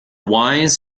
wise